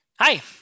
Hi